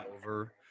over